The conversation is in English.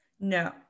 No